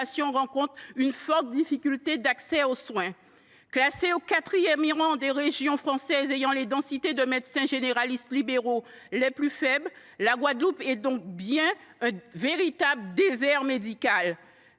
rencontre une forte difficulté d’accès aux soins. Classée au quatrième rang des régions françaises ayant les densités de médecins généralistes libéraux les plus faibles, la Guadeloupe est donc bien un désert médical.